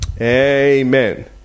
Amen